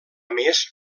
més